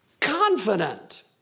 confident